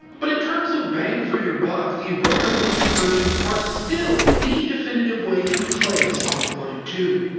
but in terms of bang-for-your-buck, the retro engine versions are still the definitive way to play sonic one and two.